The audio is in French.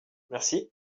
merci